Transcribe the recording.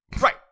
Right